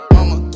Mama